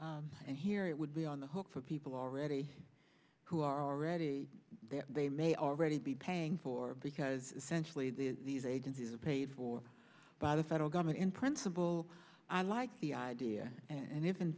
riders and here it would be on the hook for people already who are already there they may already be paying for because essentially the these agencies are paid for by the federal government in principle i like the idea and if in